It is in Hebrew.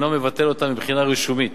אינו מבטל אותם מבחינה רישומית,